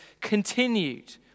continued